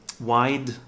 wide